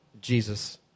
Jesus